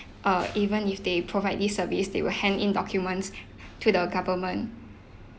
uh even if they provide this service they will hand in documents to the government